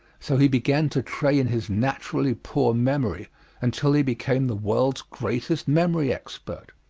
so he began to train his naturally poor memory until he became the world's greatest memory expert.